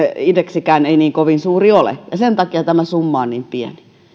indeksikään ei niin kovin suuri ole sen takia tämä summa on niin pieni